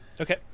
Okay